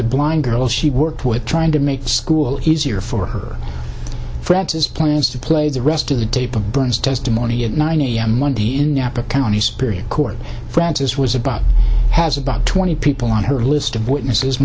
the blind girl she worked with trying to make school easier for her friends his plans to play the rest of the tape of burns testimony at nine a m monday in napa county superior court francis was about has about twenty people on her list of witnesses